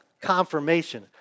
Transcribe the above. confirmation